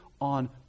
on